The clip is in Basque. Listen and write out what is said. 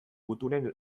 gutunen